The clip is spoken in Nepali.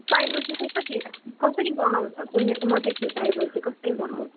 ताइपो चाहिँ कसरी कसरी बनाउँछ सुनेको मात्रै छु ताइपो चाहिँ कसरी बनाउँछ